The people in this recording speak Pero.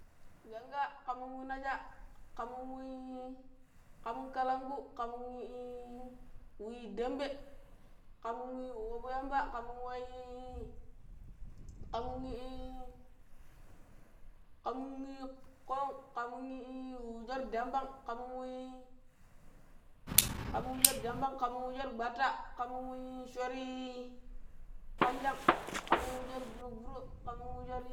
ƙam no̱ng wu najja kamni wa kam kalangu ƙam no̱ng wu i-i wu dambe ƙam no̱ng wabu yambe ƙam no̱ng i-i ƙam no̱ng i i ko̱o̱ng ƙam no̱ng wu sho̱r dambang kam no̱ng wu shor gbatta ƙam no̱ng wu shor ƙanjang ƙam no̱ng wu sho̱r guru-guru, ƙam no̱ng wu shori